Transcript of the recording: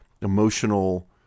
emotional